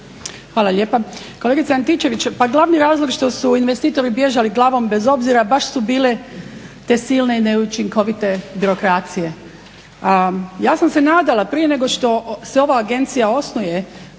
Hvala lijepa. Kolegice Antičević pa glavni razlog što su investitori bježali glavom bez obzira baš su bile te silne neučinkovite birokracije. A ja sam se nadala prije nego što se ova agencija osnuje